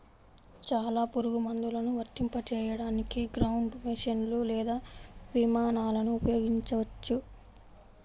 చాలా పురుగుమందులను వర్తింపజేయడానికి గ్రౌండ్ మెషీన్లు లేదా విమానాలను ఉపయోగించవచ్చు